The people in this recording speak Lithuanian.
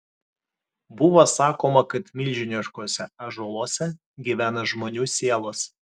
buvo sakoma kad milžiniškuose ąžuoluose gyvena žmonių sielos